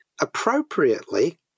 Appropriately